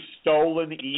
stolen